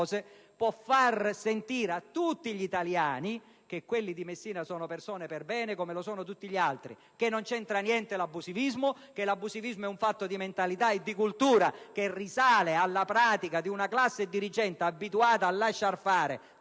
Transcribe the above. può far sentire a tutti gli italiani che quelle di Messina sono persone perbene, così come lo sono tutte le altre; che non c'entra niente l'abusivismo e che esso è un fatto di mentalità e di cultura che risale alla pratica di una classe dirigente abituata a lasciar fare,